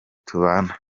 tubana